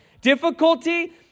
Difficulty